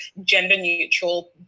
gender-neutral